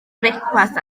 brecwast